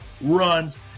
runs